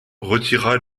retira